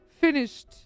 finished